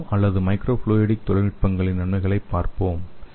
நானோ அல்லது micro fluidic தொழில்நுட்பங்களின் நன்மைகளைப் பார்ப்போம்